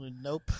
Nope